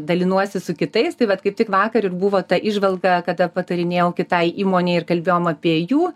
dalinuosi su kitais tai vat kaip tik vakar ir buvo ta įžvalga kada patarinėjau kitai įmonei ir kalbėjom apie jų